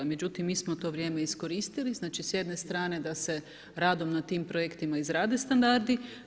Međutim, mi smo to vrijeme iskoristili znači s jedne strane da radom na tim projektima izrade standarde.